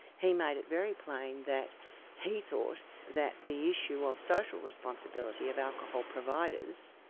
he made it very plain that he thought that the issue of social responsibility of alcohol providers,